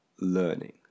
learning